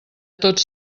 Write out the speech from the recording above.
tots